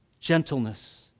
gentleness